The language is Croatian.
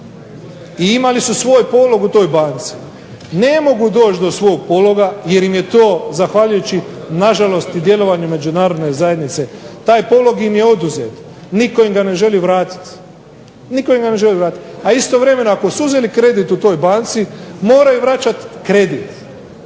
i imali su svoj polog u toj banci, ne mogu doći do svog pologa jer im je to zahvaljujući nažalost i djelovanje i međunarodne zajednice, taj polog im je oduzet, nitko im ga ne želi vratiti, a istovremeno ako su uzeli kredit u toj banci moraju vraćati kredit,